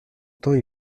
temps